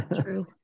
true